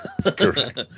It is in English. Correct